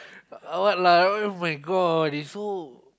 uh what lah [oh]-my-god it's so